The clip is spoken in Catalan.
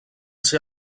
ser